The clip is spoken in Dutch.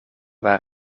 waren